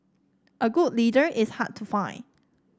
a good leader is hard to find